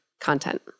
content